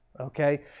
okay